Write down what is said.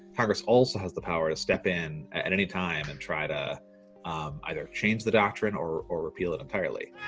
congress also has the power to step in at any time and try to either change the doctrine or or repeal it entirely